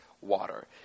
water